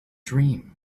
dream